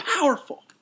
powerful